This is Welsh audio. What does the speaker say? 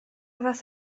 fath